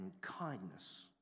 kindness